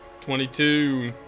Twenty-two